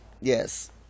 yes